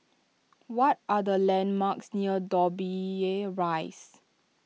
what are the landmarks near Dobbie Rise